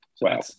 Wow